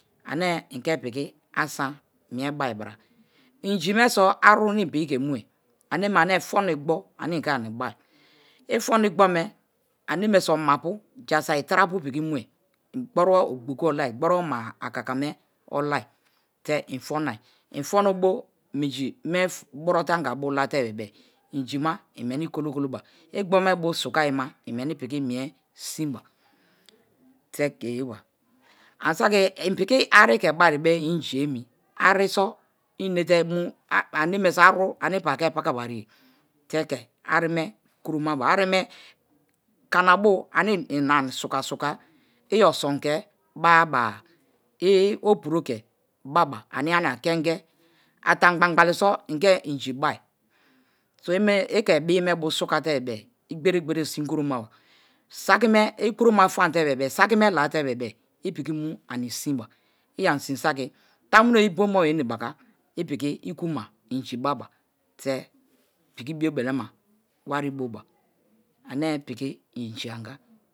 Ane̱ i̱nke̱ pi̱ki̱ asan mie̱ bai bara, inji me̱ so̱ aru me̱ inpiki ke̱ mue, aneme ane̱ fono igbo me anemeso mapu̱ jasaki tra apu piki mue gborubo ogbokoku olio gboru ma akakno olio te info oi infono bo minji me burote anga bolate-e inji ma imeni kolo-koloba igbo me bio suka iyima imeni piki mie sinba, teke ye ba. Ani saki inpiki ari̱ ke baribo inji emi, ari so inete mu ane me so aru ane ipake pakawariye, teke ari me kuromaba ari me kana bo ane. I ina suka-suka. Iyo̱ oson ke baba, i opuro ke baba, ania-nia kenge, atangbali-gbali̱ so̱ inke inji bai. So ike bii me bio sukate-e igbere-gbere si̱n koromaba. Sakime ikoroma famate-e sakime la-ate̱ bebe-e i̱ piki mu̱ ani sinba. I ani sin saki tamu̱nobe i̱bomaba enebaka i̱ pi̱ki̱ i̱ku̱ma i̱nji̱ baba pi̱ki̱ bi̱obe̱ le̱ma wari̱ bo̱ba ane pi̱ki̱ i̱nji̱ anga.